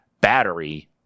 battery